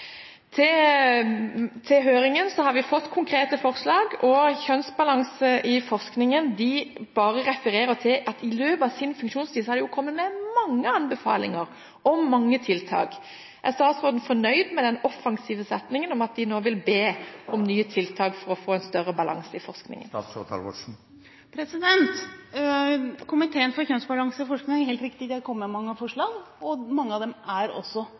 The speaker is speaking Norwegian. forslag Under høringen har vi fått konkrete forslag, og Komité for kjønnsbalanse i forskning refererer til at de i løpet av sin funksjonstid har kommet med mange anbefalinger og mange forslag til tiltak. Er statsråden fornøyd med den offensive setningen om at de nå vil be om nye tiltak for å få en bedre balanse i forskningen? Det er riktig at Komité for kjønnsbalanse i forskning har kommet med mange forslag, og mange av dem er også